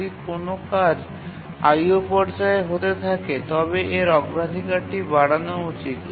যদি কোনও কাজ IO পর্যায়ে হতে থাকে তবে এর অগ্রাধিকারটি বাড়ানো উচিত